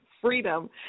freedom